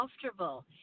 comfortable